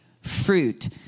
fruit